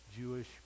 Jewish